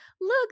look